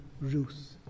Ruth